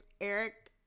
Eric